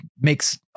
makes